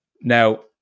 Now